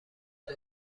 بود